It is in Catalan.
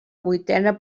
vuitena